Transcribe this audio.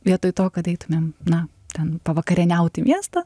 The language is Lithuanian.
vietoj to kad eitumėm na ten pavakarieniaut į miestą